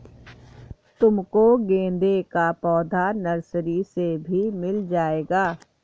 तुमको गेंदे का पौधा नर्सरी से भी मिल जाएगा